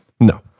No